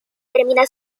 termina